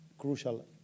Crucial